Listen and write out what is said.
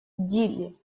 дили